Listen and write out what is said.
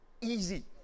easy